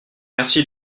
merci